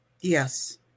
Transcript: Yes